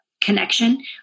connection